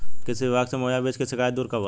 कृषि विभाग से मुहैया बीज के शिकायत दुर कब होला?